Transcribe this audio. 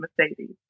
Mercedes